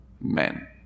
men